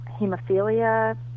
hemophilia